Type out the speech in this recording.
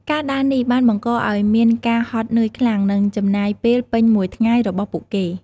ការដើរនេះបានបង្កឱ្យមានការហត់នឿយខ្លាំង និងចំណាយពេលពេញមួយថ្ងៃរបស់ពួកគេ។